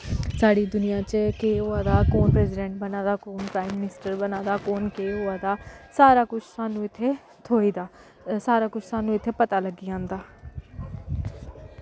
साढ़ी दुनियां च केह् होआ दा कौन प्रजीडैंट बना दा कौन प्राईम मनिस्टर बना दा कौन केह् होआ दा सारा कुश साह्नू इत्थें थ्होई दी सारा कुच्छ साह्नू इत्थें पता लग्गी जंदा